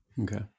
okay